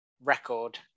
record